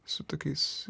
su tokiais